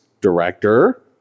director